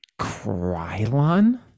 krylon